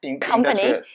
company